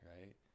right